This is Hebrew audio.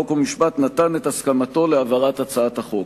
חוק ומשפט נתן את הסכמתו להעברת הצעת החוק.